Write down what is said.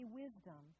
wisdom